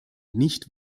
nicht